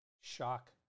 shock